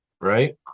Right